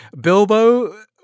Bilbo